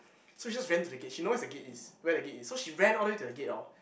so she just ran to the gate she knows where's the gate is where the gate is so she ran all the way to the gate hor